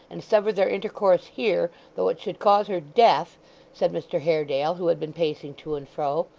and sever their intercourse here, though it should cause her death said mr haredale, who had been pacing to and fro,